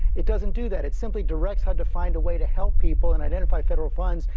it doesn't do that. it simply directs hud to find a way to help people and identify federal funds.